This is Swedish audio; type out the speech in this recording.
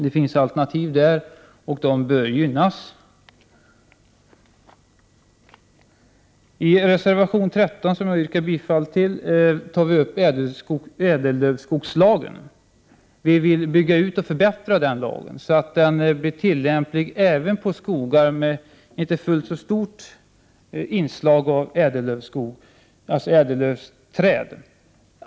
Det finns alltså alternativ i detta sammanhang och dessa bör gynnas. I reservation 13, som jag också yrkar bifall till, tas frågan om ädellövskogslagen upp. Vi vill att den lagen byggs ut och förbättras, så att den blir tillämplig även på skogar som inte har så stort inslag av ädellövträd.